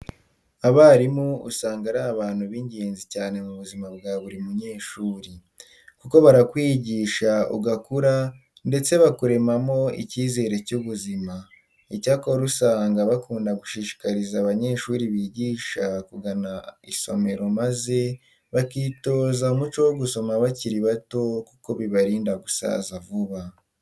Abarimu usanga ari abantu b'ingenzi cyane mu buzima bwa buri munyeshuri. Kuko barakwigisha ugakura ndetse bakuremamo icyizere cy'ubuzima. Icyakora usanga bakunda gushishikariza abanyeshuri bigisha kugana isomero maze bakitoza umuco wo gusoma bakiri bato kuko bibarinda gusaza vuba.